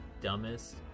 dumbest